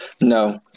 No